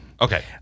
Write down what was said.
Okay